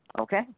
Okay